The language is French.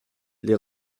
les